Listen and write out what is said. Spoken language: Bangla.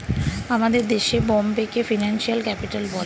আমাদের দেশে বোম্বেকে ফিনান্সিয়াল ক্যাপিটাল বলে